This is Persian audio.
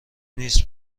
نیست